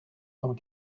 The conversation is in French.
cent